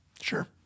sure